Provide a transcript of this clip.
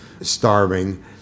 starving